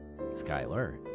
Skyler